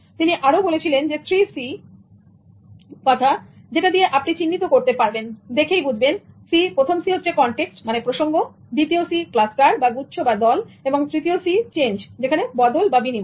তিনি আরো বলেছিলেন 3Cন এর কথাযেটা দিয়ে আপনি চিহ্নিত করতে পারবেন দেখেই বুঝবেন প্রসঙ্গগুচ্ছ বা দল এবং বদল বা বিনিময়